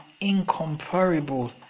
incomparable